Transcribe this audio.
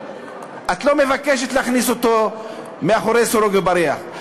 את לא מבקשת להכניס אותו מאחורי סורג ובריח,